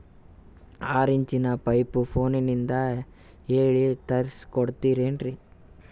ಆರಿಂಚಿನ ಪೈಪು ಫೋನಲಿಂದ ಹೇಳಿ ತರ್ಸ ಕೊಡ್ತಿರೇನ್ರಿ?